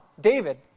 David